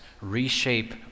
reshape